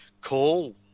call